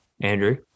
Andrew